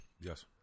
yes